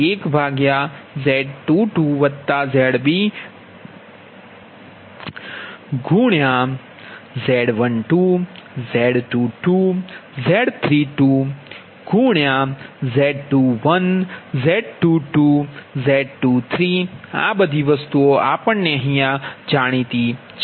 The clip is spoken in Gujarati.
તેથી ZBUSNEWZBUSOLD 1Z22ZbZ12 Z22 Z32 Z21 Z22 Z23 આ બધી વસ્તુઓ જાણીતી છે